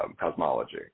Cosmology